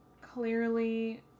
Clearly